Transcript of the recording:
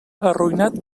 arruïnat